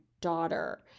daughter